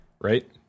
right